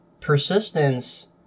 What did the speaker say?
persistence